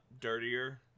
dirtier